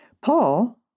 Paul